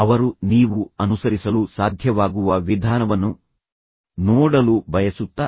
ಅವರು ನೀವು ಅನುಸರಿಸಲು ಸಾಧ್ಯವಾಗುವ ವಿಧಾನವನ್ನು ನೋಡಲು ಬಯಸುತ್ತಾರೆ